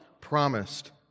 promised